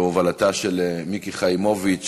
בהובלתה של מיקי חיימוביץ,